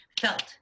felt